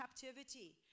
captivity